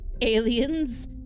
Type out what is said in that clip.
aliens